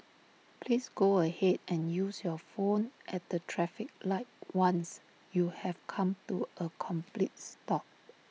please go ahead and use your phone at the traffic light once you have come to A complete stop